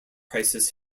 crisis